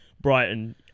Brighton